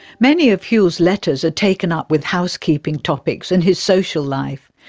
many of whewell's letters are taken up with housekeeping topics and his social life.